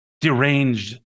deranged